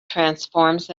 transforms